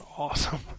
awesome